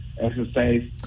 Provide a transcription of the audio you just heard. exercise